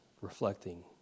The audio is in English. reflecting